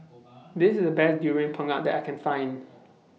This IS The Best Durian Pengat that I Can Find